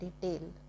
detail